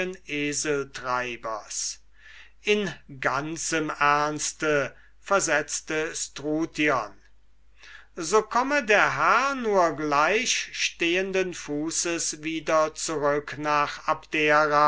eseltreibers in ganzem ernste versetzte struthion so komm der herr nur gleich stehenden fußes wieder zurück nach abdera